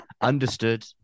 Understood